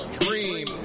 dream